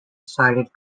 sided